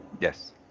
Yes